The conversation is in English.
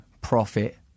profit